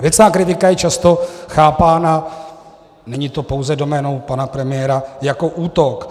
Věcná kritika je často chápána není to pouze doménou pana premiéra jako útok.